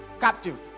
captive